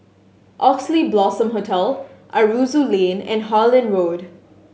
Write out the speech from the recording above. Oxley Blossom Hotel Aroozoo Lane and Harlyn Road